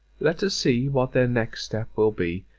let us see what their next step will be,